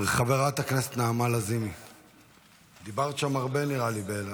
דיברת שם הרבה, נראה לי, באילת.